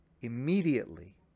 immediately